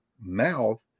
mouth